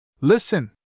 Listen